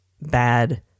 bad